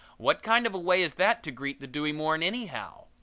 what kind of a way is that to greet the dewy morn anyhow?